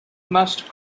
must